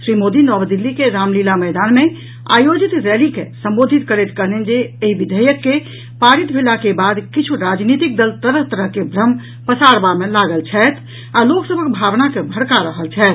श्री मोदी नव दिल्ली के रामलीला मैदान मे आयोजित रैली के संबोधित करैत कहलनि जे एहि विधेयक के पारित भेलाके बाद किछु राजनीतिक दल तरह तरह के भ्रम पसारबा मे लागल छथि आ लोकसभक भावना के भड़का रहल छथि